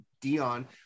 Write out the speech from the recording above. Dion